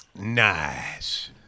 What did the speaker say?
Nice